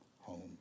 home